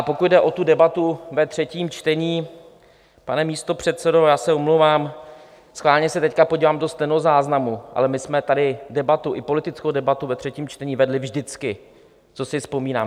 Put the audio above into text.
Pokud jde o tu debatu ve třetím čtení, pane místopředsedo, já se omlouvám, schválně se teď podívám do stenozáznamů, ale my jsme tady debatu, i politickou debatu, ve třetím čtení vedli vždycky, co si vzpomínám.